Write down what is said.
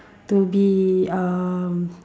to be um